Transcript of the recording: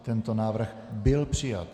Tento návrh byl přijat.